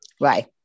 right